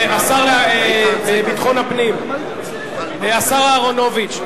השר לביטחון הפנים, השר אהרונוביץ.